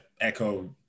echo